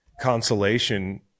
consolation